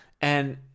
and-